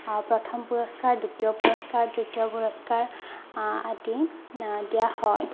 প্ৰথম পুৰস্কাৰ দ্বিতীয় পুৰস্কাৰ তৃতীয় পুৰস্কাৰ আদি দিয়া হয়